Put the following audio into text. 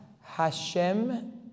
Hashem